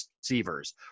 receivers